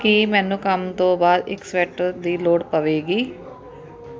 ਕੀ ਮੈਨੂੰ ਕੰਮ ਤੋਂ ਬਾਅਦ ਇੱਕ ਸਵੈਟਰ ਦੀ ਲੋੜ ਪਵੇਗੀ